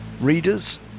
readers